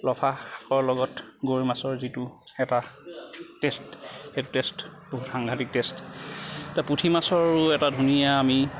লফা শাকৰ লগত গৰৈ মাছৰ যিটো এটা টেষ্ট সেই টেষ্টটো সাংঘাটিক টেষ্ট পুঠি মাছৰো এটা ধুনীয়া আমি